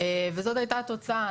וזאת היתה התוצאה.